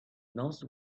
knows